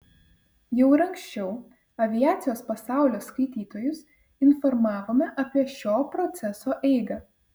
jau ir anksčiau aviacijos pasaulio skaitytojus informavome apie šio proceso eigą